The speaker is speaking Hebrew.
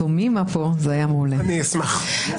תודה רבה.